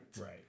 Right